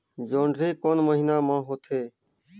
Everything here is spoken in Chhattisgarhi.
जोंदरी कोन महीना म होथे?